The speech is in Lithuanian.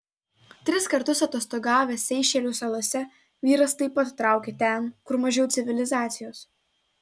tris kartus atostogavęs seišelių salose vyras taip pat traukė ten kur mažiau civilizacijos